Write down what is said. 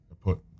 put